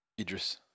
Idris